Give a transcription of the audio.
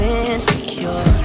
insecure